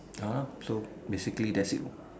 (uh huh) so basically that's it lah